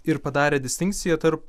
ir padarė distinkciją tarp